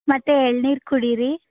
ಮತ್ತು ಎಳೆನೀರು ಕುಡಿರಿ